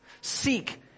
Seek